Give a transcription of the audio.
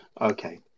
Okay